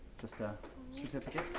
just a certificate.